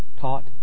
taught